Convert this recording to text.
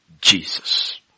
Jesus